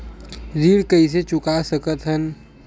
ऋण कइसे चुका सकत हन?